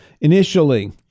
Initially